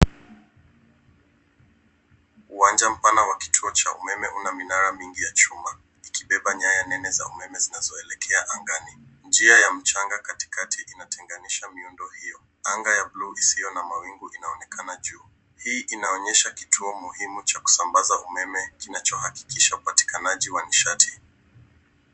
Uwanja mpana wa kituo cha umeme una minara mingi ya chuma ikibeba nyaya nene za umeme zinazoelekea angani. Njia ya mchanga katikati inatenganisha miundo hiyo. Anga ya bluu isio na mawingu inaonekana juu. Hii inaonyesha kituo muhimu cha kusambaza umeme kinachohakikisha upatikanaji wa nishati.